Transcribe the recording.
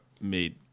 made